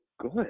good